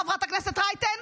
חברת הכנסת רייטן?